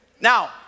Now